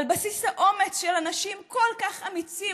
על בסיס האומץ של אנשים כל כך אמיצים,